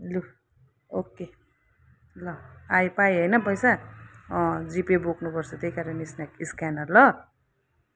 लु ओके ल आयो पायो होइन पैसा जिपे बोक्नुपर्छ त्यही कारणले स्नेक स्क्यानर ल